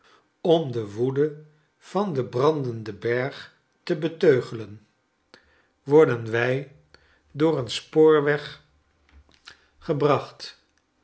om de woede van den brandenden berg te beteugelen worden wij door een spoorweg